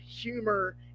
humor